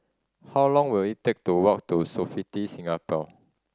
how long will it take to walk to Sofitel Singapore